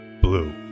blue